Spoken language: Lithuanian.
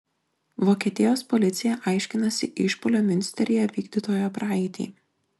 vokietijos policija aiškinasi išpuolio miunsteryje vykdytojo praeitį